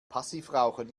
passivrauchen